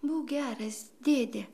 būk geras dėde